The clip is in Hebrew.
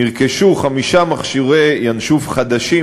נרכשו חמישה מכשירי "ינשוף" חדשים,